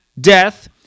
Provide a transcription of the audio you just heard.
death